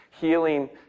healing